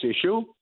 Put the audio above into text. issue